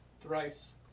Thrice